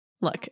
Look